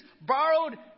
borrowed